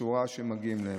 ובצורה שמגיעה להם.